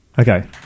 Okay